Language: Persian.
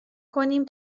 کنیم